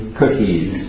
cookies